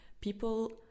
People